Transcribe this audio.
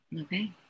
Okay